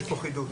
יש כאן חידוש.